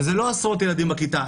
וזה לא עשרות ילדים בכיתה,